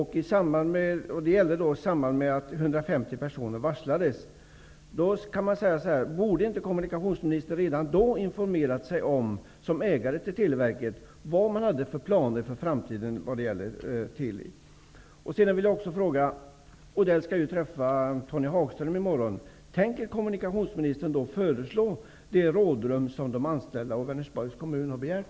Det var i samband med att 150 personer varslades. Borde inte kommunikationsministern som ägare av Televerket redan då ha informerat sig om vilka planer för framtiden som fanns beträffande Teli? Mats Odell skall ju träffa Tony Hagström i morgon. Tänker kommunikationsministern då föreslå det rådrum som de anställda och Vänersborgs kommun har begärt?